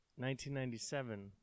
1997